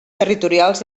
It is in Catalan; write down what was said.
territorials